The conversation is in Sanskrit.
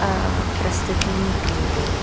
प्रस्तुतिं क्रियते